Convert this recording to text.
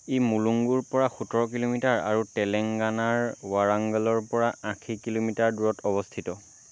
ই মুলুংগুৰ পৰা সোতৰ কিলোমিটাৰ আৰু তেলেংগানাৰ ৱাৰাংগলৰ পৰা আশী কিলোমিটাৰ দূৰত অৱস্থিত